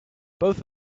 both